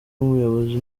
umuyobozi